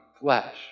flesh